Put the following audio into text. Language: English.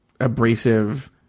abrasive